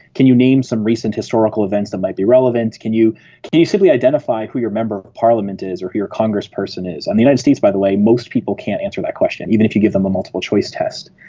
can you name some recent historical events that might be relevant, can you you simply identify who your member of parliament is or who your congressperson is? and in the united states, by the way, most people can't answer that question, even if you give them a multiple-choice test.